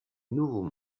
nouveau